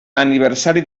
aniversari